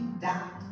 dot